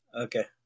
Okay